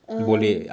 um